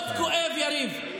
מאוד כואב, יריב.